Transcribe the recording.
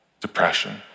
depression